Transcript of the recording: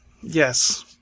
Yes